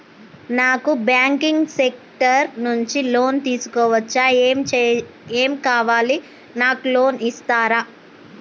నాకు banking sector నుంచి loan తీసుకోవచ్చా? ఏమేం కావాలి? నాకు లోన్ ఇస్తారా?